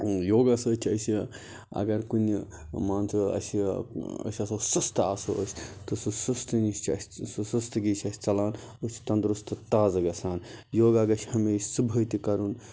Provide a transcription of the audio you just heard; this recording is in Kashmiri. یوگا سۭتۍ چھِ أسہِ اَگر کُنہِ مان ژٕ اَسہِ أسۍ آسو سُستہٕ آسو أسۍ تہٕ سُہ سُستہٕ نِش چھُ اَسہِ سُہ سُستہٕ گی چھِ اَسہِ ژَلان أسۍ چھِ تندرُست تازٕ گَژھان یوگا گَژھِ ہمیشہِ صُبحٲے تہِ کَرُن